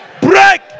break